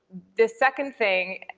the second thing,